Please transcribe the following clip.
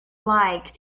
like